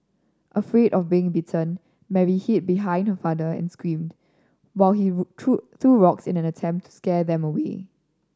afraid of being bitten Mary hid behind her father and screamed while he threw rocks in an attempt to scare them away